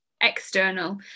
external